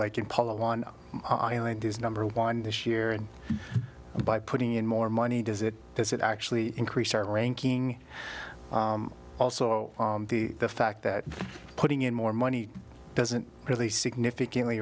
island is number one this year and by putting in more money does it does it actually increase our ranking also the fact that putting in more money doesn't really significantly